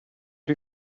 die